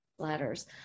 Letters